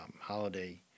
holiday